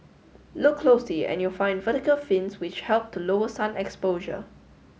look closely and you'll find vertical fins which help to lower sun exposure